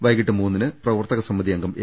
വൈകിട്ട് മൂന്നിന് പ്രവർത്തക സമിതി അംഗം എ